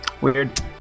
Weird